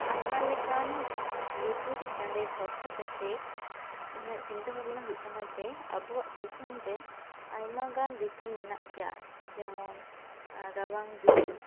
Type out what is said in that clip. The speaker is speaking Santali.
ᱟᱭᱢᱟ ᱞᱮᱠᱟᱱ ᱨᱤᱛᱩ ᱪᱮᱛᱟᱱ ᱨᱮ ᱵᱷᱚᱨᱥᱟ ᱠᱟᱛᱮᱫ ᱤᱧᱟᱹᱜ ᱪᱤᱱᱛᱟᱹ ᱵᱷᱟᱵᱽᱱᱟ ᱦᱩᱭᱩᱜ ᱠᱟᱱᱟ ᱡᱮ ᱟᱵᱚᱣᱟᱜ ᱫᱤᱥᱚᱢ ᱨᱮ ᱟᱭᱢᱜᱟᱱ ᱨᱤᱛᱩ ᱢᱮᱱᱟᱜ ᱜᱮᱭᱟ ᱡᱮᱢᱚᱱ ᱨᱟᱵᱟᱝ ᱫᱤᱱ